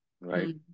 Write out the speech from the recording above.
right